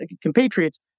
compatriots